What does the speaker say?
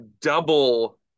double